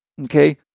Okay